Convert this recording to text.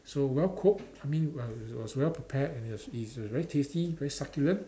so well cooked I mean well it was well prepared and it is very tasty very succulent